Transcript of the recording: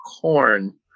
corn